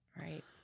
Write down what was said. Right